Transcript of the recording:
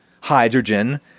hydrogen